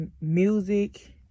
music